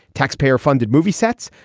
taxpayer funded movie sets.